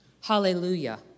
Hallelujah